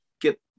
get